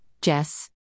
Jess